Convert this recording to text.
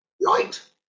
light